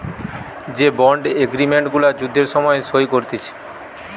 যে bond agreement গুলা যুদ্ধের সময় সই করতিছে